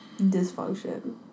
Dysfunction